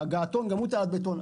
גם הגעתון הוא תעלת בטון,